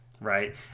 right